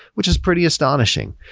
which is pretty astonishing.